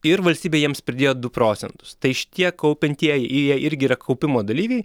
ir valstybė jiems pridėjo du procentus tai šitie kaupiantieji jie irgi yra kaupimo dalyviai